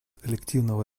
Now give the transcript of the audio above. коллективного